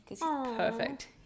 Perfect